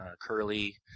Curly